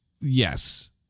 yes